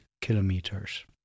kilometers